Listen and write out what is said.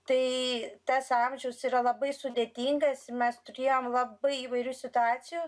tai tas amžius yra labai sudėtingas mes turėjom labai įvairių situacijų